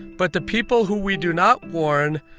but the people who we do not warn,